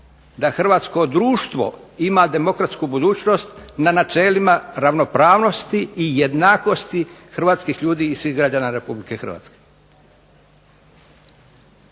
da hrvatsko društvo ima demokratsku budućnost na načelima ravnopravnosti i jednakosti hrvatskih ljudi i svih građana Republike Hrvatske.